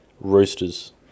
Roosters